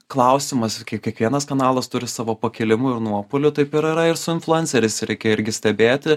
klausimas kiekvienas kanalas turi savo pakilimų ir nuopuolių taip ir yra ir su influenceriais reikia irgi stebėti